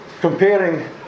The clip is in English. comparing